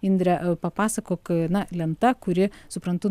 indre papasakok na lenta kuri suprantu